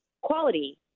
quality